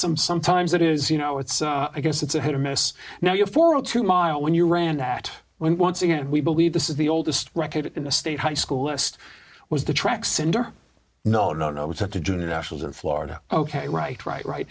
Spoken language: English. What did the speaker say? some sometimes it is you know it's i guess it's a hit or miss now you know for a two mile when you ran that went once again we believe this is the oldest record in the state high school list was the track center no no no it's a junior nationals in florida ok right right right